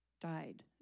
died